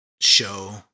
show